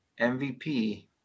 MVP